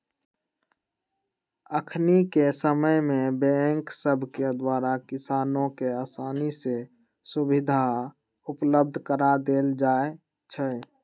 अखनिके समय में बैंक सभके द्वारा किसानों के असानी से सुभीधा उपलब्ध करा देल जाइ छइ